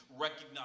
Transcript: recognize